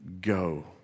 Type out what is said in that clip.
go